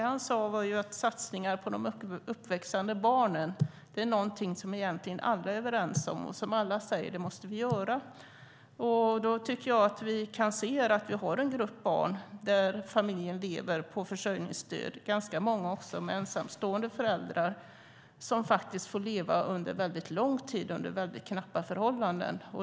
Han sade att satsningar på de uppväxande barnen är någonting som egentligen alla är överens om och som alla säger att vi måste göra. Jag tycker att vi kan se att det finns en grupp barn vars familj lever på försörjningsstöd, ganska många också med ensamstående föräldrar, som får leva under knappa förhållanden under lång tid.